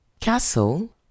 castle